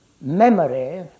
memory